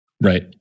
Right